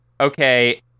Okay